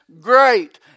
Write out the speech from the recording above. great